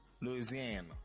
Louisiana